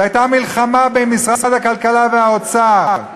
והייתה מלחמה בין משרד הכלכלה והאוצר.